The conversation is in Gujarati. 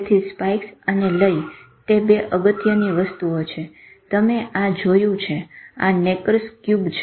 તેથી સ્પાઈક્સ અને લય તે 2 અગત્યની વસ્તુઓ છે તમે આ જોયું છે આ નેકર્સ ક્યુબ છે